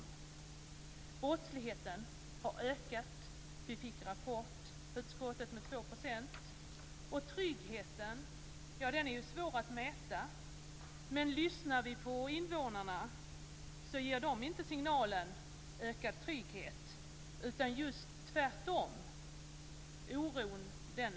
Vi fick i utskottet en rapport om att brottsligheten har ökat med 2 %, och tryggheten, ja den är ju svår att mäta. Men lyssnar vi på invånarna ger de inte signalen ökad trygghet, utan just tvärtom, oron ökar.